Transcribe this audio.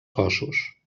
cossos